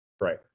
right